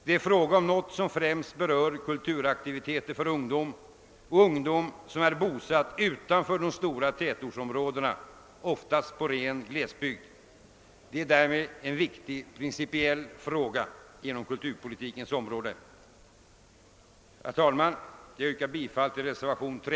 Den berör främst kulturaktiviteter för ungdom som är bosatt utanför de stora tätortsområdena, oftast i ren glesbygd. Därmed är den en viktig principiell fråga inom kulturpolitikens område. Herr talman! Jag yrkar bifall till reservationen 3.